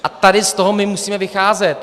A tady z toho my musíme vycházet.